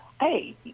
Hey